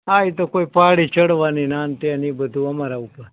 હા એ તો કોઇ પહાડી ચઢવાની ને આને તે ને એ બધું અમારા ઉપર